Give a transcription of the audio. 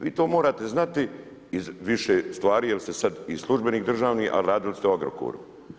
Vi to morate znati iz više stvar jer ste sad i službenik državni, a radili ste u Agrokoru.